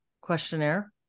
questionnaire